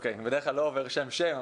אני בדרך כלל לא עובר שם שם,